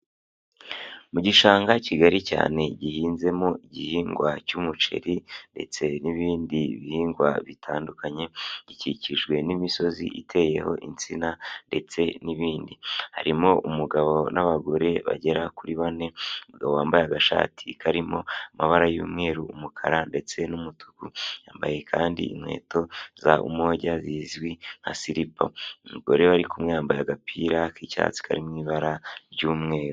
Mu gishanga kigari cyane gihinzemo igihingwa cy'umuceri ndetse n'ibindi bihingwa bitandukanye gikikijwe n'imisozi iteyeho insina ndetse n'ibindi, harimo umugabo n'abagore bagera kuri bane, umugabo wambaye agashati karimo amabara y'umweru n'umukara ndetse n'umutuku yambaye kandi inkweto za umojya zizwi nka silipa, umugore bari kumwe yambaye agapira k'icyatsi kari mu ibara ry'umweru.